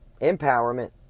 empowerment